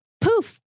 poof